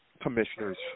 commissioners